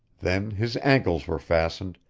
then his ankles were fastened,